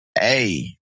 hey